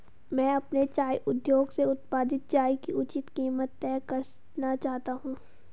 मैं अपने चाय उद्योग से उत्पादित चाय की उचित कीमत तय करना चाहता हूं